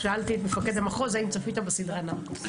שאלתי את מפקד המחוז אם הוא צפה בסדרה נרקוס.